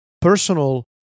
personal